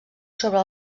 sobre